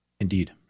Indeed